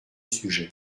sujet